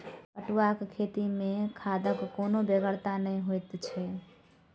पटुआक खेती मे खादक कोनो बेगरता नहि जोइत छै